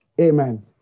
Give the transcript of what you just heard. Amen